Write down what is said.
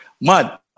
mad